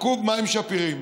שקוב מים שפירים,